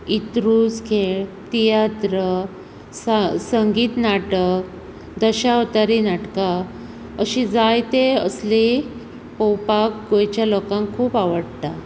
इत्रुज खेळ तियात्र स संगीत नाटक दशावतारी नाटकां अशीं जायतें असली पळोवपाक गोंयच्या लोकांक खूब आवडटा